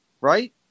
right